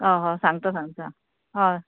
हय हय सांगता सांगता हय